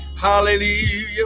Hallelujah